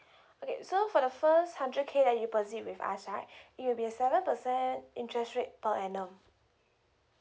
okay so for the first hundred K that you deposit with us right it will be a seven percent interest rate per annum